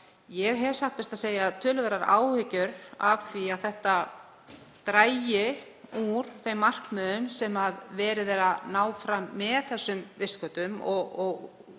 Ég hef satt best að segja töluverðar áhyggjur af því að þetta dragi úr þeim markmiðum sem verið er að ná fram með vistgötum en sagan